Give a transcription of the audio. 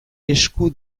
esku